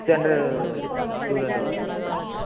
six hundred student இது பண்ணுறாங்க sir